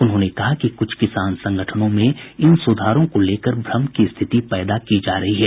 उन्होंने कहा कि कुछ किसान संगठनों में इन सुधारों को लेकर भ्रम की स्थिति पैदा की जा रही है